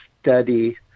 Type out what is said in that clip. study